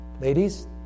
ladies